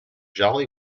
jolly